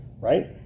right